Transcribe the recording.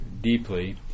deeply